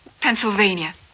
Pennsylvania